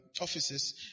offices